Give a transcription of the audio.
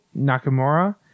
nakamura